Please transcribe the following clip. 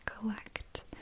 collect